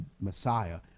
Messiah